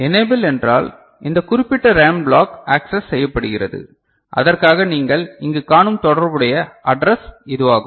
enable என்றால் இந்த குறிப்பிட்ட ரேம் பிளாக் ஆக்சஸ் செய்யப்படுகிறது அதற்காக நீங்கள் இங்கு காணும் தொடர்புடைய அட்ரஸ் இதுவாகும்